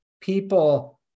people